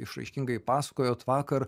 išraiškingai pasakojot vakar